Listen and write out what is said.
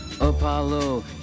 Apollo